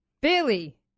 Billy